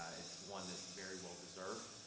ah it's one that's very well deserved.